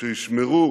שישמרו